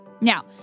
Now